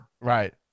Right